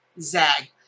Zag